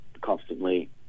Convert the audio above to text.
constantly